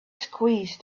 squeezed